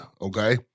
Okay